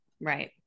Right